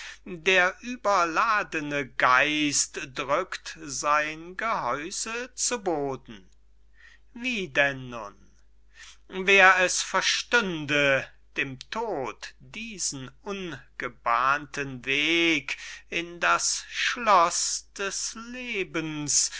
der überladene geist drückt sein gehäuse zu boden wie denn nun wer es verstünde dem tod diesen ungebahnten weg in das schloß des lebens